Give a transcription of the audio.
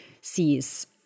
sees